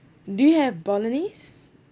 do you have bolognese